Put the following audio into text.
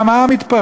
גם אם מתפרק,